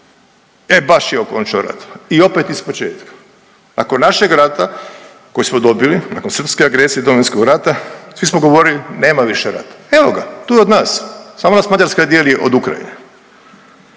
E baš je okončao rat. I opet ispočetka. Nakon našeg rata koji smo dobili, nakon srpske agresije i Domovinskog rata svi smo govorili nema više rata, evo ga tu je od nas, samo nas Mađarska dijeli od Ukrajine.